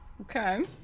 Okay